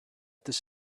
this